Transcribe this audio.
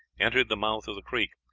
entered the mouth of the creek,